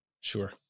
sure